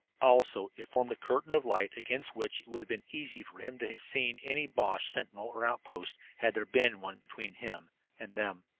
also it formed a curtain of light against which it would have been easy for him to have seen any boche sentinel or outpost, had there been one between him and them.